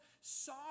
saw